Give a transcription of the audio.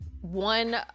One